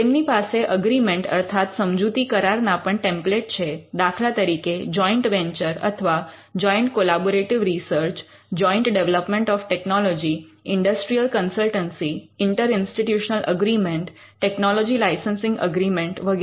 તેમની પાસે એગ્રીમેન્ટ અર્થાત સમજૂતી કરાર ના પણ ટેમ્પ્લેટ છે દાખલા તરીકે જૉઇન્ટ વેન્ચર અથવા joint collaborative research joint development of technology industrial consultancy inter institutional agreement technology licensing agreement વગેરે